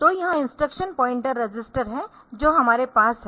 तो यह instruction pointer register है जो हमारे पास है